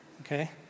okay